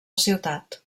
ciutat